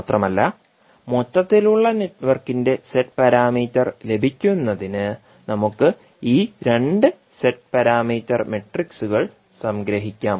മാത്രമല്ല മൊത്തത്തിലുള്ള നെറ്റ്വർക്കിന്റെ ഇസെഡ് പാരാമീറ്റർ ലഭിക്കുന്നതിന് നമുക്ക് ഈ രണ്ട് ഇസെഡ് പാരാമീറ്റർ മെട്രിക്സുകൾ സംഗ്രഹിക്കാം